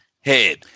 head